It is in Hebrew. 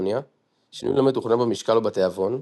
אנהדוניה, שינוי לא מתוכנן במשקל או בתאבון,